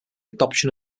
adoption